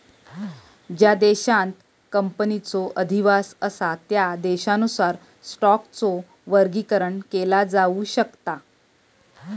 ज्या देशांत कंपनीचो अधिवास असा त्या देशानुसार स्टॉकचो वर्गीकरण केला जाऊ शकता